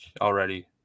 already